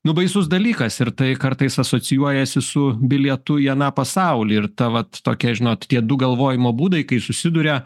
nu baisus dalykas ir tai kartais asocijuojasi su bilietu į aną pasaulį ir ta vat tokia žinot tie du galvojimo būdai kai susiduria